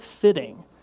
fitting